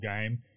game